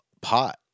pot